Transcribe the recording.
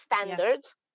standards